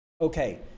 Okay